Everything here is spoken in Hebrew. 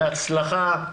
בהצלחה.